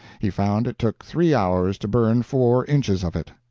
he found it took three hours to burn four inches of it.